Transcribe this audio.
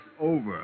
over